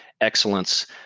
excellence